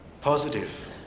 positive